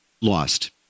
lost